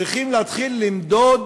צריכים להתחיל למדוד,